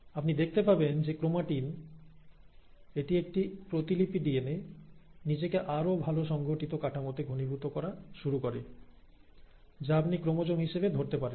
আপনি দেখতে পাবেন যে ক্রোমাটিন এটি একটি প্রতিলিপি ডিএনএ নিজেকে আরো ভালো সংঘটিত কাঠামোতে ঘনীভূত করা শুরু করে যা আপনি ক্রোমোজোম হিসাবে ধরতে পারেন